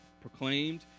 proclaimed